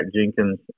Jenkins